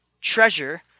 treasure